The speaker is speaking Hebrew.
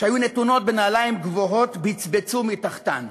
שהיו נתונות בנעליים גבוהות בצבצו מתחתן.